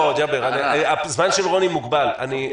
קודם